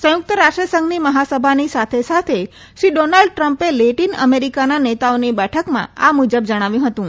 સંયુક્ત રાષ્ટ્રસંઘની મહાસભાની સાથે સાથે શ્રી ડોનાલ્ડ ટ્રમ્પે લેટીન અમેરિકાના નેતાઓની બેઠકમાં આ મુજબ જણાવ્યું હતું